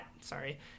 Sorry